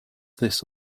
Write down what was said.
this